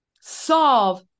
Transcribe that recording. solve